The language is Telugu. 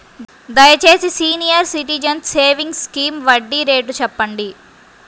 దయచేసి సీనియర్ సిటిజన్స్ సేవింగ్స్ స్కీమ్ వడ్డీ రేటు చెప్పండి